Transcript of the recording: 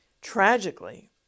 Tragically